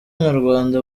nyarwanda